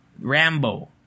Rambo